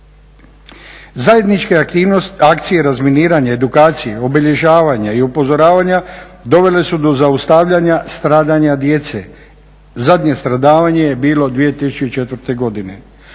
Zajednička aktivnost akcije razminiranja, edukacije, obilježavanje i upozoravanja dovele su do zaustavljanja stradanja djece. Zadnje stradavanje je bilo 2004.godine.